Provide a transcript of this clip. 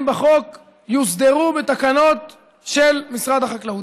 בחוק יוסדרו בתקנות של משרד החקלאות.